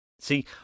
See